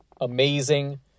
amazing